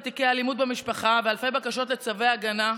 תיקי אלימות במשפחה ואלפי בקשות לצווי הגנה,